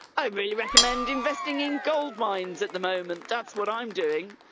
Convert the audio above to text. i really recommend investing in gold mines at the moment. that's what i'm doing.